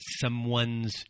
someone's